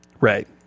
Right